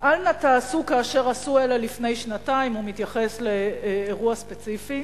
אל נא תעשו כאשר עשו אלה לפני שנתיים" הוא מתייחס לאירוע ספציפי,